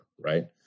right